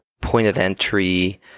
point-of-entry